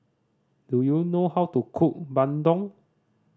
do you know how to cook bandung